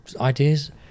ideas